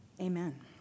Amen